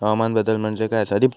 हवामान बदल म्हणजे काय आसा?